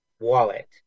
wallet